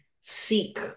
seek